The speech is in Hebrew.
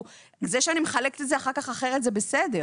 זה שאני אחר כך מחלקת את זה אחרת, זה בסדר.